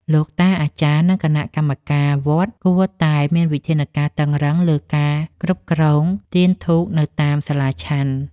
លោកតាអាចារ្យ និងគណៈកម្មការវត្តគួរតែមានវិធានការតឹងរ៉ឹងលើការគ្រប់គ្រងទៀនធូបនៅតាមសាលាឆាន់។